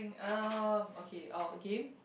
um okay or a game